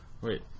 Wait